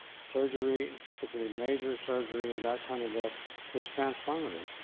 surgery, particularly major surgery in that kind of depth is transformative.